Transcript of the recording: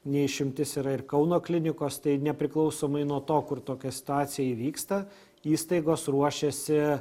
ne išimtis yra ir kauno klinikos tai nepriklausomai nuo to kur tokia situacija įvyksta įstaigos ruošiasi